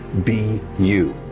be you.